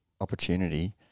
opportunity